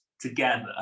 together